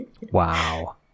Wow